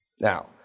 now